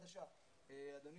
אדוני,